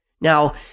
Now